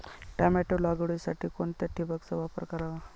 Tomato लागवडीसाठी कोणत्या ठिबकचा वापर करावा?